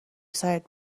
سرت